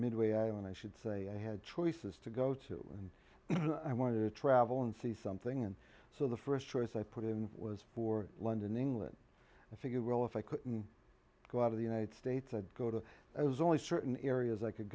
midway island i should say i had choices to go to and i wanted to travel and see something and so the st choice i put in was for london england i figured well if i could go out of the united states i'd go to i was only certain areas i could